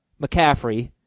McCaffrey